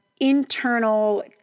internal